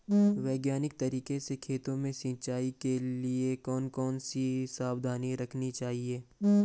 वैज्ञानिक तरीके से खेतों में सिंचाई करने के लिए कौन कौन सी सावधानी रखनी चाहिए?